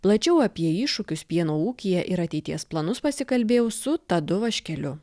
plačiau apie iššūkius pieno ūkyje ir ateities planus pasikalbėjau su tadu vaškeliu